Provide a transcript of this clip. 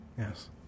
Yes